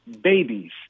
babies